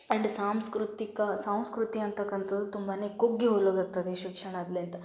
and ಸಾಂಸ್ಕೃತಿಕ ಸಂಸ್ಕೃತಿ ಅಂತಕ್ಕಂಥದ್ದು ತುಂಬನೇ ಕುಗ್ಗಿ ಹೋಗ್ಲಿಕ್ಕೆ ಹತ್ತದ ಈ ಶಿಕ್ಷಣದಿಂದ